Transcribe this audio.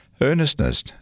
Earnestness